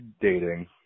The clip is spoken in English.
dating